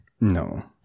No